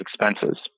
expenses